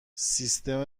سیستم